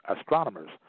astronomers